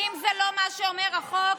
אם זה לא מה שאומר החוק,